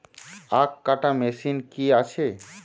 আখ কাটা মেশিন কি আছে?